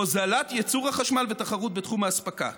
הוזלת ייצור החשמל ותחרות בתחום האספקה".